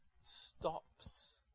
stops